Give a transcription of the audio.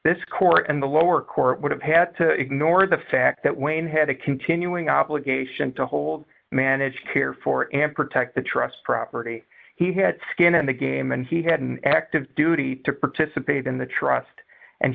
this court and the lower court would have had to ignore the fact that wayne had a continuing obligation to hold managed care for and protect the trust property he had skin in the game and he had an active duty to participate in the trust and